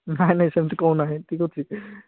ନାଇଁ ନାଇଁ ସେମିତି କହୁନାହିଁ ଠିକ୍ ଅଛି